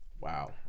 wow